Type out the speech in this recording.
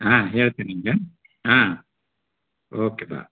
ಹಾಂ ಹೇಳ್ತಿನಿ ಈಗ ಹಾಂ ಓಕೆ ಬಾ